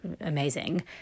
amazing